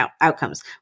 outcomes